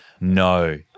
no